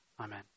Amen